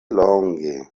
longe